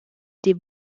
des